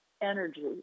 energy